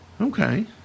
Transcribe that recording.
Okay